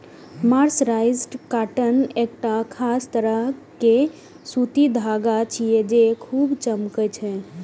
mercerised cotton एकटा खास तरह के सूती धागा छियै, जे खूब चमकै छै